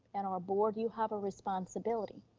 and our board, you have a responsibility,